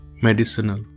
medicinal